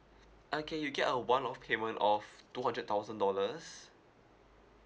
okay you'll get a one off payment of two hundred thousand dollars